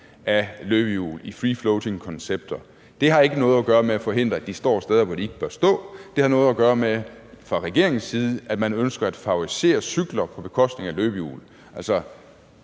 af løbehjul i free floating-koncepter, ikke har noget at gøre med at forhindre, at de står steder, hvor de ikke bør stå. Det har noget at gøre med, at man fra regeringens side ønsker at favorisere cykler på bekostning af løbehjul. Altså,